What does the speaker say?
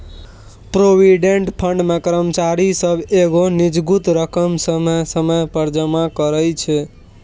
provident fund मे कर्मचारी सब एगो निजगुत रकम समय समय पर जमा करइ छै